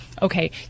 okay